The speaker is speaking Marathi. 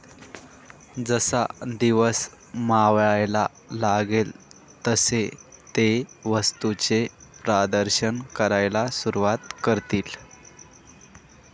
जसा दिवस मावळायला लागेल तसे ते वस्तूंचे प्रदर्शन करायला सुरुवात करतील